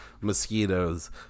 mosquitoes